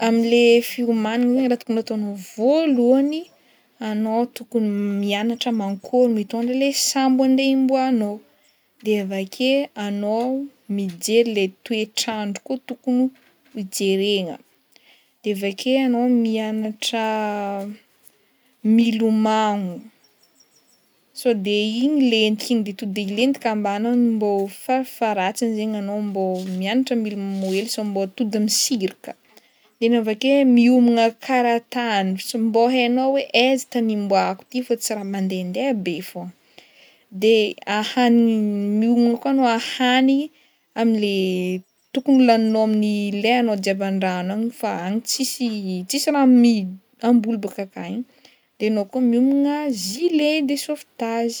Am'le fiomagnana araka ny ataonao, voalohany anao tokony mianatra mankôry mitondra le sambo andeha himboanao de avake anao mijery le toetrandro koa tokony hojeregna de avake anao mianatra milomagno sao de igny lentika igny to do de ilentika ambany mbô farafaharatsiny zegny anao mbô mianatra milom- hely sao mbô to de misirika de ny avake miomagna karatany sy mbô hainao hoe aiza tany himboako ty fa tsy raha mandehandeha be fogna de ahanigny- miomagna koa anao ahanigny am'le tokony ho laninao amin'ny le anao jiaby an-drano any fa any tsisy tsisy raha mi- hamboly boaka akany de anao koa miomagna gilet de sauvetage.